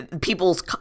people's